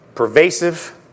pervasive